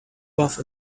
rough